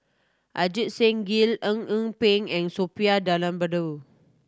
Ajit Singh Gill Eng Eng Peng and Suppiah Dhanabalan